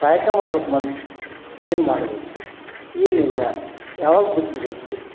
ಕಾಯಕ ಮಾಡ್ಬೇಕು ಮೊದ್ಲು ಏನು ಮಾಡಬೇಕು ಏನೆಲ್ಲ ಯಾವಾಗ ಬಿತ್ತಬೇಕು